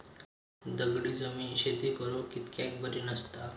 दगडी जमीन शेती करुक कित्याक बरी नसता?